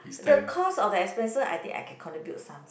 the cost or the expenses I think I can contribute some